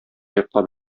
йоклап